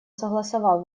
согласовал